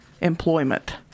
employment